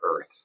earth